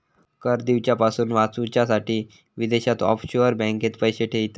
कर दिवच्यापासून वाचूच्यासाठी विदेशात ऑफशोअर बँकेत पैशे ठेयतत